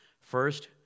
First